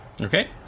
Okay